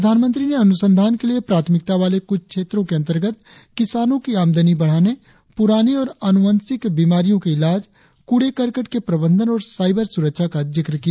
प्रधानमंत्री ने अनुसंधान के लिए प्राथमिकता वाले कुछ क्षेत्रों के अंतर्गत किसानों की आमदनी बढ़ाने पुरानी और आनुवंशिक बीमारियों के इलाज कूड़े करकट के प्रबंधन और साइबर सुरक्षा का जिक्र किया